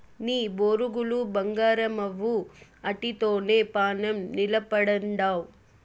నీ బొరుగులు బంగారమవ్వు, ఆటితోనే పానం నిలపతండావ్